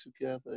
together